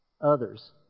others